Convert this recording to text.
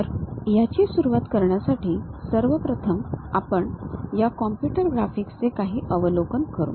तर याची सुरूवात करण्यासाठी सर्वप्रथम आपण या कॉम्प्युटर ग्राफिक्सचे काही अवलोकन करू